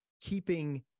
keeping